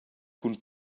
cun